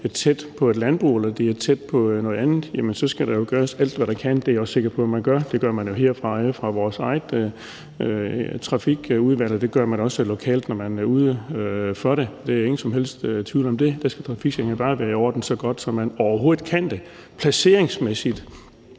et landbrug eller tæt på noget andet, jamen så skal der jo gøres alt, hvad der kan gøres. Det er jeg også sikker på at man gør. Det gør man jo her fra vores eget Trafikudvalg, og det gør man også lokalt, når man er ude for det. Det er der ingen som helst tvivl om. Der skal trafiksikkerheden bare være i orden, så godt som man overhovedet kan sørge for det.